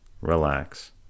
relax